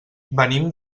venim